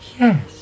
Yes